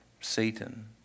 Satan